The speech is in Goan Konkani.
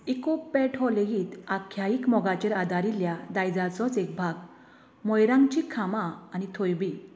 इकोप पॅट हो लेगीत आख्यायिक मोगींचेर आदारिल्ल्या दायजाचोय एक भाग मोइरांगचीं खांबा आनी थोइबी